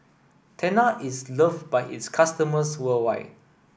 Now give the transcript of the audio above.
Tena is love by its customers worldwide